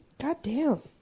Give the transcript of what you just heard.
Goddamn